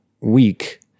week